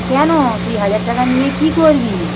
কেন তুই হাজার টাকা নিয়ে কী করবি